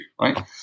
right